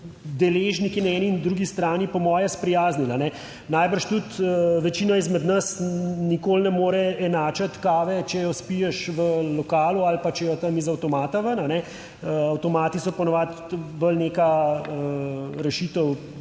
deležniki na eni in na drugi strani, po moje, sprijaznili. Najbrž tudi večina izmed nas nikoli ne more enačiti kave, če jo spiješ v lokalu ali pa če jo tam iz avtomata ven, avtomati so po navadi bolj neka rešitev